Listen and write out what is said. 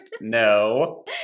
No